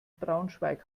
braunschweig